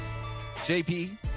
JP